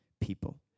people